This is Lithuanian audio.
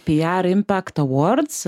pr impact awards